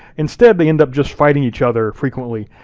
instead they end up just fighting each other frequently.